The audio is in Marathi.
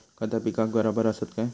खता पिकाक बराबर आसत काय?